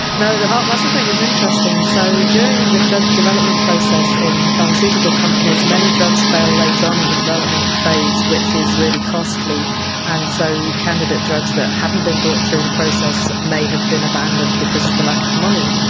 no, the heart muscle thing is interesting, so during the drug development process in pharmaceutical companies many drugs fail late on in the development phase which is really costly and so candidate drugs that haven't been brought through the process may have been abandoned because of the lack of money.